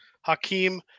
Hakeem